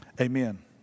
amen